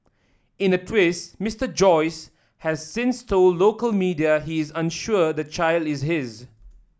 in a twist Mister Joyce has since told local media he is unsure the child is his